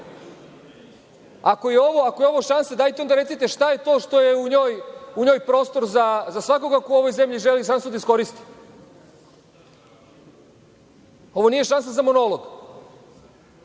Ako je ovo šansa, dajte, onda recite, šta je to što je u njoj prostor za svakog ko u ovoj zemlji želi šansu da iskoristi? Ovo nije šansa za monolog,